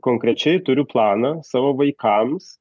konkrečiai turiu planą savo vaikams